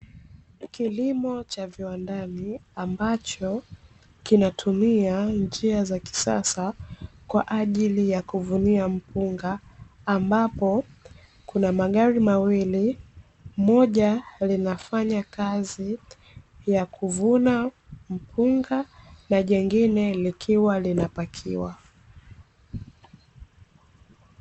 Kilimo cha viwandani ambacho kinatumia njia za kisasa kwa ajili ya kuvunia mpunga, ambapo kuna magari mawili moja linafanya kazi ya kuvuna mpunga na lingine likiwa linapakiwa.